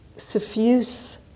suffuse